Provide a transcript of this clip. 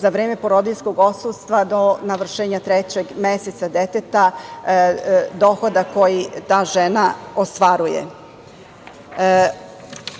za vreme porodiljskog odsustva do navršenja trećeg meseca deteta dohodak koji ta žena ostvaruje. Ono